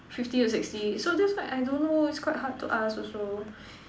fifty to sixty so that's why I don't know it's quite hard to ask also